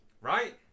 Right